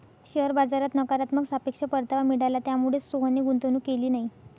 share बाजारात नकारात्मक सापेक्ष परतावा मिळाला, त्यामुळेच सोहनने गुंतवणूक केली नाही